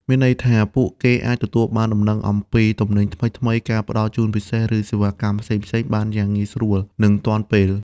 មានន័យថា ពួកគេអាចទទួលបានដំណឹងអំពី ទំនិញថ្មីៗ ការផ្តល់ជូនពិសេស ឬ សេវាកម្ម ផ្សេងៗបានយ៉ាងងាយស្រួល និងទាន់ពេល។